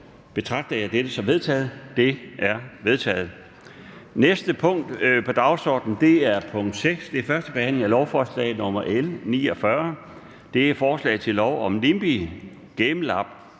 betragter jeg dette som vedtaget. Det er vedtaget. --- Det næste punkt på dagsordenen er: 6) 1. behandling af lovforslag nr. L 49: Forslag til lov om Nimbi GameLab